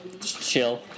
Chill